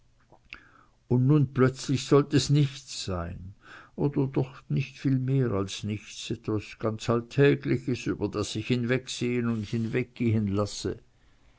und nun plötzlich sollt es nichts sein oder doch nicht viel mehr als nichts etwas ganz alltägliches über das sich hinwegsehn und hinweggehen lasse